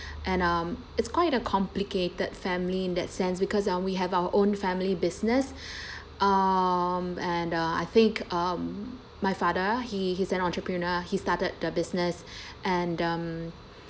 and um it's quite a complicated family in that sense because uh we have our own family business um and ah I think um my father he he's an entrepreneur he started the business and um